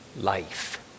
life